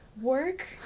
work